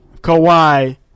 Kawhi